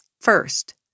First